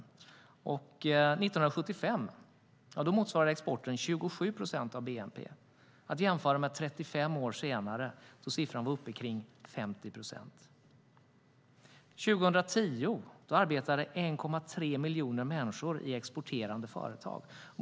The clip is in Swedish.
1975 motsvarade exporten 27 procent av bnp, att jämföra med 35 år senare, då siffran var uppe kring 50 procent. År 2010 arbetade 1,3 miljoner människor i exporterande företag.